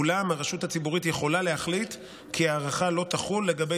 אולם הרשות הציבורית יכולה להחליט כי ההארכה לא תחול לגבי